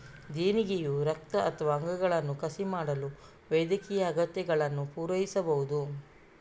ದೇಣಿಗೆಯು ರಕ್ತ ಅಥವಾ ಅಂಗಗಳನ್ನು ಕಸಿ ಮಾಡಲು ವೈದ್ಯಕೀಯ ಅಗತ್ಯಗಳನ್ನು ಪೂರೈಸಬಹುದು